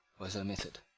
was omitted.